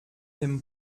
dem